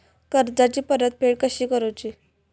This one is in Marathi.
कर्जाची परतफेड कशी करुची?